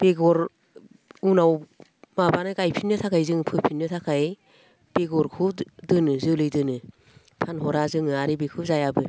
बेगर उनाव माबानो गायफिननो थाखाय फोफिननो थाखाय बेगरखौ दोनो जोलै दोनो फानहरा जोङो आरो बेखौ जायाबो